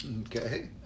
Okay